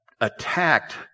attacked